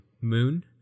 Moon